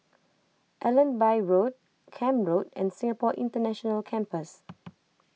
Allenby Road Camp Road and Singapore International Campus